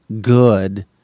good